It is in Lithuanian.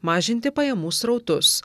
mažinti pajamų srautus